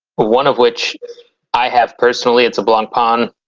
one of which i have personally, it's a blancpain,